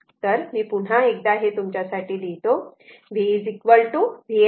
तर मी पुन्हा एकदा हे तुमच्यासाठी लिहितो V Vm √ 2